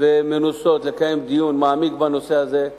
ומנוסות לקיים דיון מעמיק בנושא הזה.